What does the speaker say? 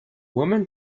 women